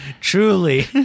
truly